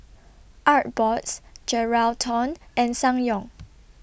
Artbox Geraldton and Ssangyong